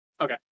okay